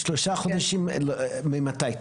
שלושה חודשים ממתי?